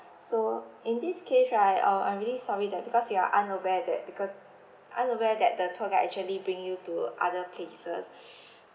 so in this case right uh I'm really sorry that because we are unaware that because unaware that the tour guide actually bring you to other places